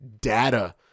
data